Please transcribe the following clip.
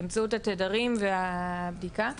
באמצעות התדרים והבדיקה.